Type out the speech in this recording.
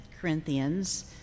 Corinthians